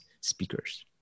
speakers